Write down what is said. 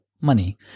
money